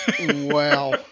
Wow